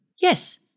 yes